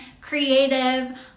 creative